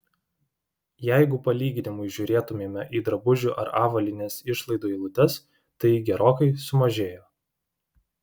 jeigu palyginimui žiūrėtumėme į drabužių ar avalynės išlaidų eilutes tai ji gerokai sumažėjo